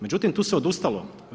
Međutim tu se odustalo.